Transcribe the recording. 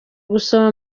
gusoma